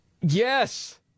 yes